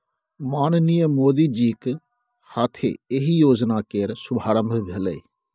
माननीय मोदीजीक हाथे एहि योजना केर शुभारंभ भेलै